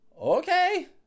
okay